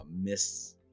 miss